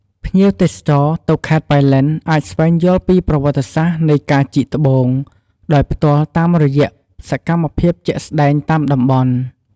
ភ្ញៀវទេសចរទៅខេត្តប៉ៃលិនអាចស្វែងយល់ពីប្រវត្តិសាស្រ្តនៃការជីកត្បូង ដោយផ្ទាល់តាមរយៈសម្មភាពជាក់ស្តែងតាមតំបន់។